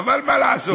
אבל מה לעשות.